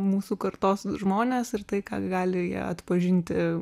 mūsų kartos žmones ir tai ką gali jie atpažinti